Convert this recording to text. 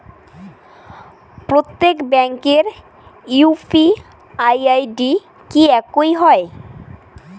প্রত্যেক ব্যাংকের UPI ID কি একই হয়?